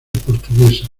portuguesa